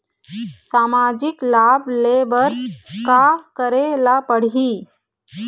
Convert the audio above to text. सामाजिक लाभ ले बर का करे ला पड़ही?